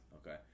Okay